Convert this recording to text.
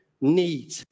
need